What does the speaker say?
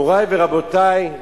מורי ורבותי,